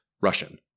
Russian